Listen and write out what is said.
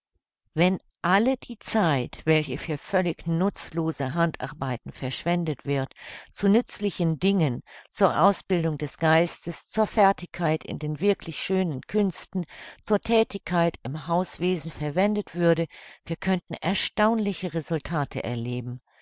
wenn alle die zeit welche für völlig nutzlose handarbeiten verschwendet wird zu nützlichen dingen zur ausbildung des geistes zur fertigkeit in den wirklich schönen künsten zur thätigkeit im hauswesen verwendet würde wir könnten erstaunliche resultate erleben